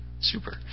super